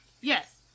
Yes